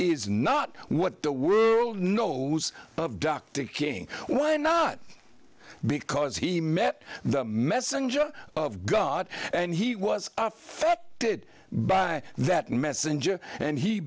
is not what the world knows of dr king why not because he met the messenger of god and he was affected by that messenger and he